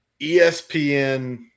ESPN –